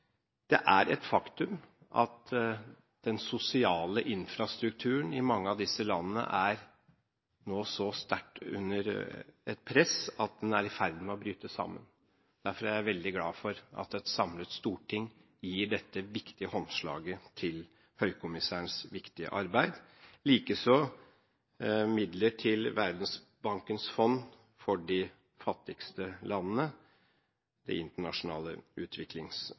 Det er et faktum at den sosiale infrastrukturen i mange av disse landene nå er under så sterkt press at den er i ferd med å bryte sammen. Derfor er jeg veldig glad for at et samlet storting gir dette viktige håndslaget til Høykommissærens viktige arbeid, likeså midler til Verdensbankens fond for de fattigste landene, Det internasjonale